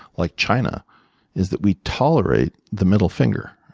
like china is that we tolerate the middle finger.